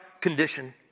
condition